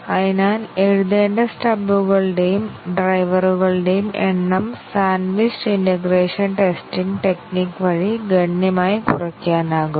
അതിനാൽ എഴുതേണ്ട സ്റ്റബുകളുടെയും ഡ്രൈവറുകളുടെയും എണ്ണം സാൻഡ്വിച്ച്ഡ് ഇന്റഗ്രേഷൻ ടെസ്റ്റിംഗ് ടെക്നിക് വഴി ഗണ്യമായി കുറയ്ക്കാനാകും